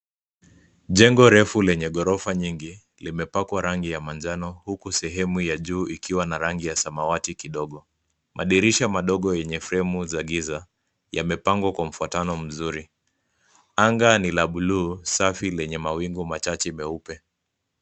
Jengo refu lenye ghorofa nyingi limepakwa rangi ya manjano huku sehemu ya juu ikiwa na rangi ya samawati kidogo. Madirisha madogo yenye fremu za giza yamepangwa kwa mfuatano mzuri. Anga ni la buluu safi lenye mawingu machache meupe.